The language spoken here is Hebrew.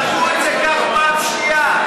זרקו את זה גם פעם שנייה.